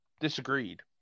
disagreed